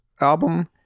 album